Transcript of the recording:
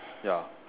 ya